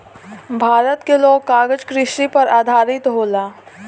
भारत मे लोग कागज कृषि पर आधारित होला